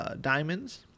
Diamonds